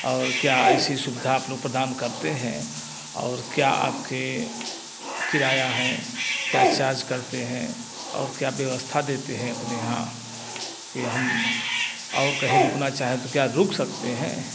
और क्या ऐसी सुविधा आप लोग प्रदान करते हैं और क्या आपका किराया है क्या चार्ज करते हैं और क्या व्यवस्था देते हैं अपने यहाँ कि हम और कहीं रुकना चाहे तो क्या रुक सकते हैं